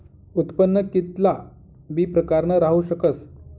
उत्पन्न कित्ला बी प्रकारनं राहू शकस